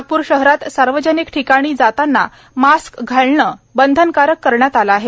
नागप्र शहरात सार्वजनिक ठिकाणी जाताना मास्क घालणे बंधनकारक करण्यात आले आहे